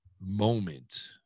moment